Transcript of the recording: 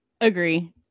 Agree